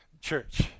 church